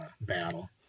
battle